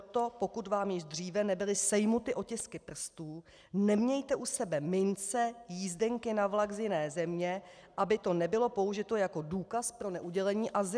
Proto pokud vám již dříve nebyly sejmuty otisky prstů, nemějte u sebe mince, jízdenky na vlak z jiné země, aby to nebylo použito jako důkaz pro neudělení azylu.